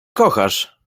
kochasz